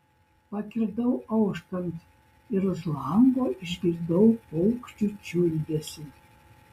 pakirdau auštant ir už lango išgirdau paukščių čiulbesį